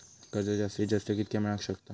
कर्ज जास्तीत जास्त कितक्या मेळाक शकता?